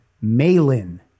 Malin